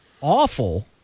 awful